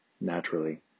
naturally